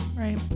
Right